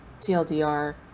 TLDR